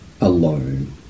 alone